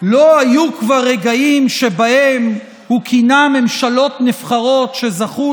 לא היו כבר רגעים שבהם הוא כינה ממשלות נבחרות שזכו